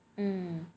mm